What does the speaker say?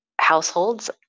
households